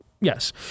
Yes